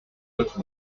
dose